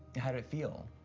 how'd it feel?